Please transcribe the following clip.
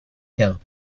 herr